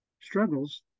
struggles